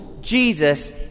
Jesus